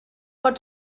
pot